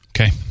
Okay